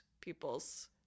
people's